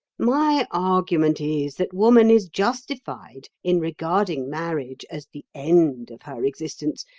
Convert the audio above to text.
my argument is that woman is justified in regarding marriage as the end of her existence,